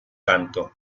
tanto